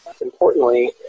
importantly